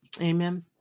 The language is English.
Amen